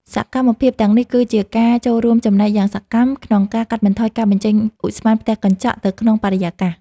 សកម្មភាពទាំងនេះគឺជាការចូលរួមចំណែកយ៉ាងសកម្ម ក្នុងការកាត់បន្ថយការបញ្ចេញឧស្ម័នផ្ទះកញ្ចក់ទៅក្នុងបរិយាកាស។